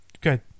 good